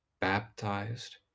baptized